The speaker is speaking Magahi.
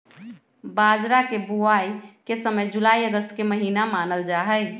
बाजरा के बुवाई के समय जुलाई अगस्त के महीना मानल जाहई